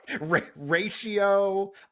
Ratio